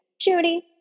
Judy